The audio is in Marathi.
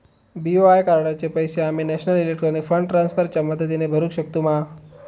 बी.ओ.आय कार्डाचे पैसे आम्ही नेशनल इलेक्ट्रॉनिक फंड ट्रान्स्फर च्या मदतीने भरुक शकतू मा?